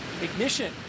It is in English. ignition